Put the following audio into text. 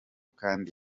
kandi